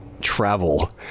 travel